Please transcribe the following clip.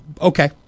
Okay